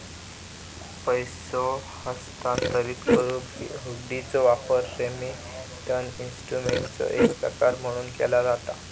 पैसो हस्तांतरित करुक हुंडीचो वापर रेमिटन्स इन्स्ट्रुमेंटचो एक प्रकार म्हणून केला जाता